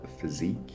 physique